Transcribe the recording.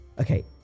okay